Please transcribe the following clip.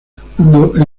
cuando